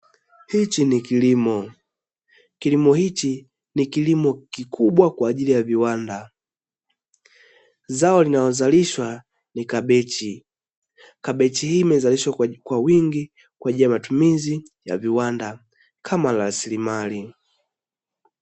Hichi ni kilimo kilimo hichi ni muhimu kwa ajili ya viwanda, zao linalozalishwa ni kabichi, kabichi hii imezalishwa kwa wingi katika matumizi ya viwanda kama rasilimali.